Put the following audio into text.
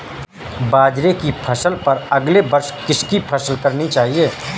बाजरे की फसल पर अगले वर्ष किसकी फसल करनी चाहिए?